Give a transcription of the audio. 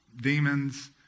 demons